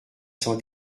cent